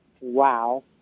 wow